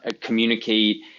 communicate